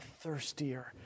thirstier